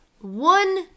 one